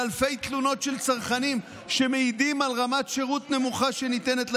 לאלפי תלונות של צרכנים שמעידים על רמת שירות נמוכה שניתנת לאזרחים,